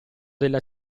della